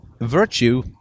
virtue